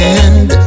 end